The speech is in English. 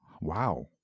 Wow